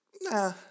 nah